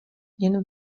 jen